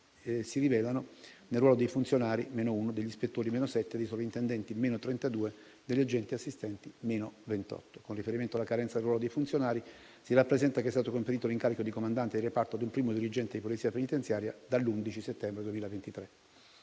si rilevano nel ruolo dei funzionari (-1), degli ispettori (-7), dei sovrintendenti (-32) e degli agenti-assistenti (-28). Con riferimento alla carenza del ruolo dei funzionari, si rappresenta che è stato conferito l'incarico di comandante di reparto a un primo dirigente di Polizia penitenziaria dall'11 settembre 2023.